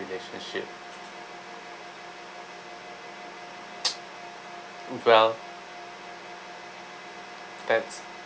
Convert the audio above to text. relationship well that's